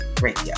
radio